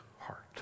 heart